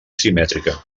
simètrica